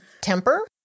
temper